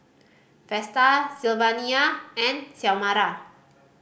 Vesta Sylvania and Xiomara